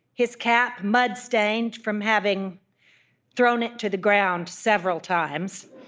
his cap mud-stained from having thrown it to the ground several times,